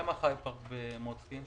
מה עם החי-פארק במוצקין?